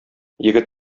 егет